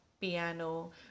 piano